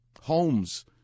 homes